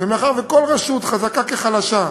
מאחר שכל רשות, חזקה כחלשה,